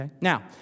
Now